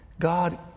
God